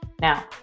Now